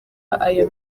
aya